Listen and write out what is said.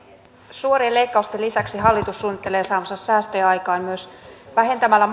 suorien leikkausten lisäksi hallitus suunnittelee saavansa säästöjä aikaan myös vähentämällä